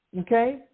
Okay